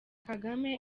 kagame